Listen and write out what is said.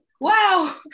Wow